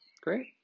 Great